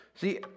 See